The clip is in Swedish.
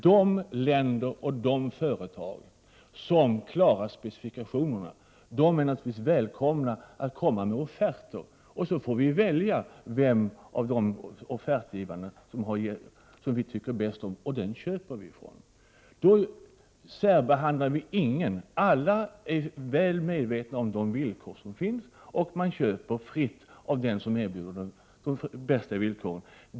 De länder och de företag som klarar specifikationerna är då välkomna att lämna offerter, och sedan får vi välja dem av offertgivarna som vi tycker bäst om, och från dem köper vi. Då särbehandlar vi ingen. Alla är väl medvetna om de villkor som gäller, och man köper fritt av dem som erbjuder de bästa villkoren.